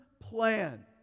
plan